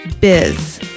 biz